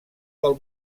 del